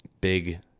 big